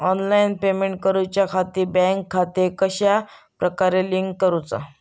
Online payment करुच्याखाती bank खाते कश्या प्रकारे लिंक करुचा?